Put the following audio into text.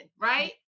right